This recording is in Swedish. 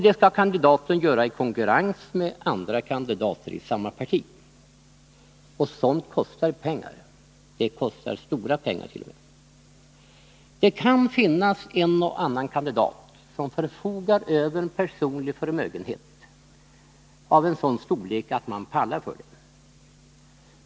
Det skall kandidaten göra i konkurrens med andra kandidater i samma parti. Sådant kostar pengar — det kostar stora pengar t.o.m. Det kan finnas en och annan kandidat som förfogar över en personlig förmögenhet av en sådan storlek att man ”pallar” för det.